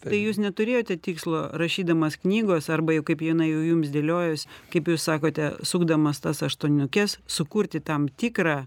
tai jūs neturėjote tikslo rašydamas knygos arba kaip jinai jau jums dėliojosi kaip jūs sakote sukdamas tas aštuoniukes sukurti tam tikrą